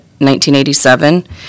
1987